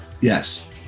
Yes